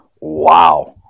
wow